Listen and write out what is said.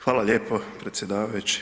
Hvala lijepo predsjedavajući.